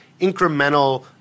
incremental –